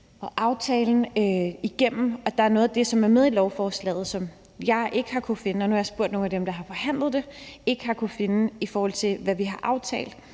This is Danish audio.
og aftalen igennem, og der er noget af det, som er med i lovforslaget, som jeg ikke har kunnet finde, og nu har jeg spurgt nogle af dem, der har forhandlet om den, og de har heller ikke kunnet finde dem, i forhold til hvad vi har aftalt,